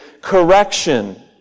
correction